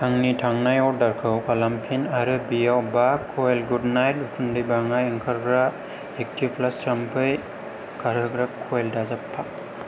आंनि थांनाय अर्डारखौ खालामफिन आरो बेयाव बा क'इल गुड नाइट उखुन्दै बाङाइ ओंखारग्रा एक्टिव प्लास थाम्फै खारहोग्रा कइल दाजाबफा